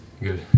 Good